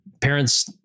parents